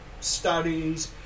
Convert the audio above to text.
studies